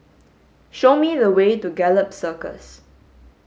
show me the way to Gallop Circus